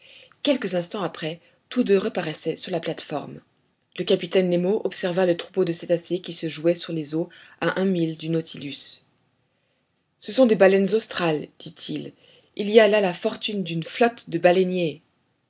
quelques instants après tous deux reparaissaient sur la plate-forme le capitaine nemo observa le troupeau de cétacés qui se jouait sur les eaux à un mille du nautilus ce sont des baleines australes dit-il il y a là la fortune d'une flotte de baleiniers